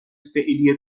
فعلی